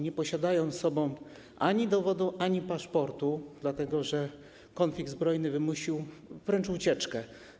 Nie posiadają one ze sobą ani dowodu, ani paszportu, dlatego że konflikt zbrojny wymusił ucieczkę.